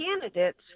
candidates